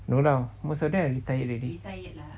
no lah most of them are retired already